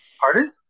pardon